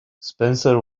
spencer